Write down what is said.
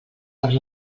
per